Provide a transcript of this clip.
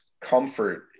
comfort